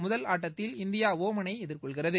முதல் ஆட்டத்தில் இந்தியா ஒமனை எதிர்கொள்கிறது